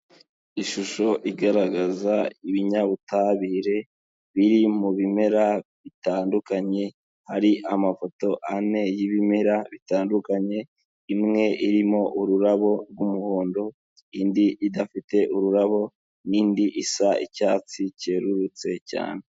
Ishusho igaragaza ibinyabutabire biri mu bimera bitandukanye hari amafoto ane y'ibimera bitandukanye, imwe irimo ururabo rw'umuhondo, indi idafite ururabo, n'indi isa icyatsi cyerurutse cyane.